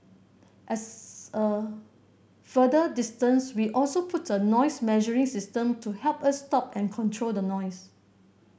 at a further distance we also put a noise measuring system to help us stop and control the noise